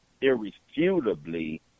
irrefutably